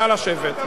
נא לשבת.